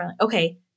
Okay